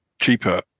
cheaper